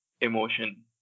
emotion